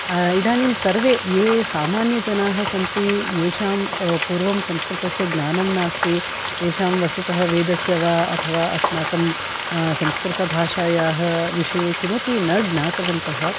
इदानीं सर्वे ये सामन्यजनाः सन्ति येषां पूर्वं संस्कृतस्य ज्ञानं नास्ति येषां वस्तुतः वेदस्य वा अथवा अस्माकं संस्कृतभाषायाः विषये किमपि न ज्ञातवन्तः